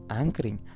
anchoring